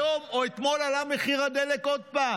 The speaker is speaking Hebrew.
היום או אתמול עלה מחיר הדלק עוד פעם.